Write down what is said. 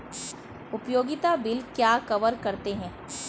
उपयोगिता बिल क्या कवर करते हैं?